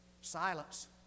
Silence